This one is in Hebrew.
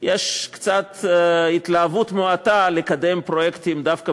יש התלהבות מועטה במקצת לקדם פרויקטים דווקא